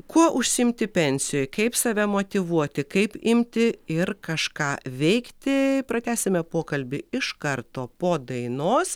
kuo užsiimti pensijoj kaip save motyvuoti kaip imti ir kažką veikti pratęsime pokalbį iš karto po dainos